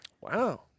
Wow